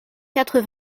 quatre